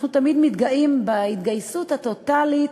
אנחנו תמיד מתגאים בהתגייסות הטוטלית,